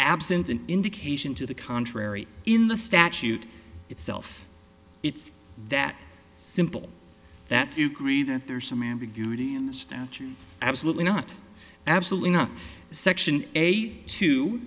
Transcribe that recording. absent an indication to the contrary in the statute itself it's that simple that's you gree that there is some ambiguity in the statute absolutely not absolutely not section eight t